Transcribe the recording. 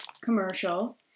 commercial